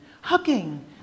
hugging